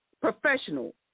Professional